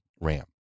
Ram